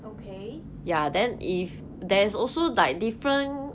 okay